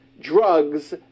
drugs